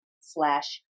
slash